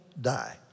die